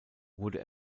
wurde